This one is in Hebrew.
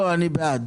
אני מגיש הצעת